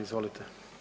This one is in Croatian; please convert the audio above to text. Izvolite.